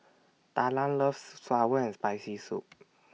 Talan loves Sour and Spicy Soup